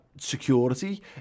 security